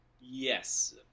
Yes